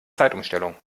zeitumstellung